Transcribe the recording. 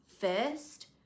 first